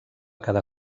quedar